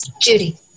Judy